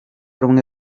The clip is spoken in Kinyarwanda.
rumwe